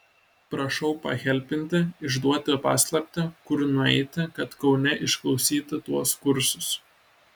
prašau pahelpinti išduoti paslaptį kur nueiti kad kaune išklausyti tuos kursus